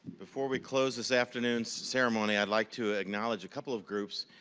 before we close this afternoon's ceremony, i'd like to acknowledge a couple of groups.